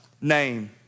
name